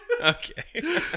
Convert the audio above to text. Okay